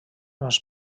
més